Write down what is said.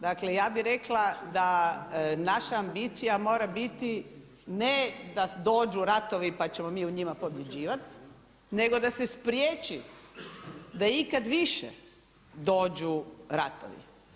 Dakle ja bi rekla da naša ambicija mora biti ne da dođu ratovi pa ćemo mi u njima pobjeđivat, nego da se spriječi da ikad više dođu ratovi.